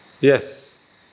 Yes